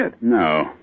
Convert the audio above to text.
No